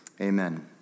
amen